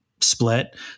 split